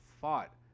fought